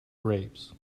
grapes